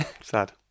Sad